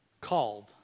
called